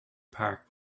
parks